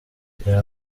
reba